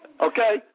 Okay